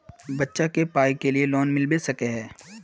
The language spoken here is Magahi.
बच्चा के पढाई के लिए लोन मिलबे सके है?